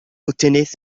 التنس